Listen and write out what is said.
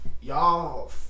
Y'all